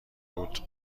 بود